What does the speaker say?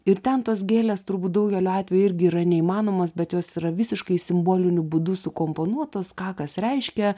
ir ten tos gėlės turbūt daugeliu atveju irgi yra neįmanomos bet jos yra visiškai simboliniu būdu sukomponuotos ką kas reiškia